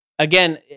Again